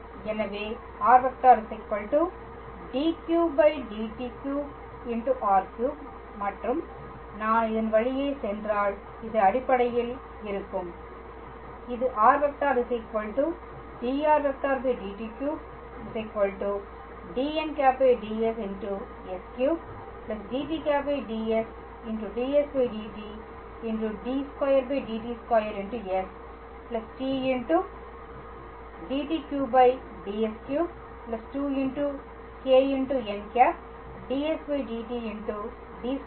எனவே r⃗ d3rdt3 மற்றும் நான் இதன் வழியே சென்றால் இது அடிப்படையில் இருக்கும் இது r⃗ dr3⃗ dt3 dn̂ ds s3 dt̂ ds dsdt d2sdt2 t d3sdt3 2κn̂ dsdt d2sdt2